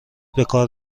بکار